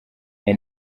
nari